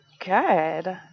Good